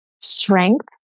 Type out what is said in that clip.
strength